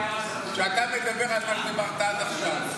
כשאתה מדבר על מה שדיברת עד עכשיו,